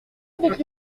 avec